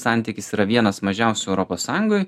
santykis yra vienas mažiausių europos sąjungoj